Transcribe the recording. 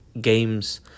games